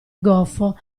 goffo